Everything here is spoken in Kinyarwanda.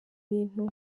bintu